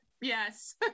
yes